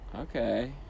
Okay